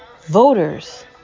voters